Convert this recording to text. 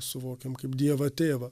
suvokiam kaip dievą tėvą